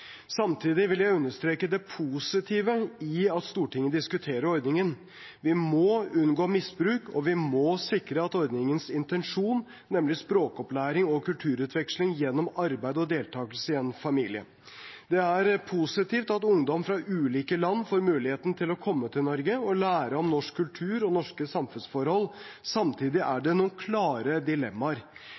Samtidig vil jeg understreke det positive i at Stortinget diskuterer ordningen. Vi må unngå misbruk, og vi må sikre ordningens intensjon, nemlig språkopplæring og kulturutveksling gjennom arbeid og deltakelse i en familie. Det er positivt at ungdom fra ulike land får muligheten til å komme til Norge og lære om norsk kultur og norske samfunnsforhold. Samtidig er det noen klare dilemmaer.